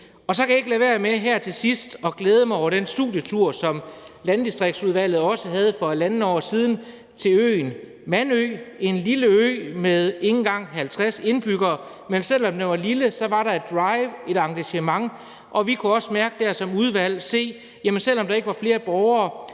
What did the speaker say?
i. Så kan jeg ikke lade være med her til sidst at glæde mig over den studietur, som Landdistriktsudvalget også havde for halvandet år siden til øen Mandø – en lille ø med ikke engang 50 indbyggere. Men selv om den er lille, var der et drive, et engagement. Vi kunne også der som udvalg mærke og se, at selv om der ikke var flere borgere,